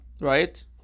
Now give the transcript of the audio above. right